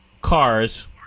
cars